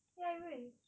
ya it will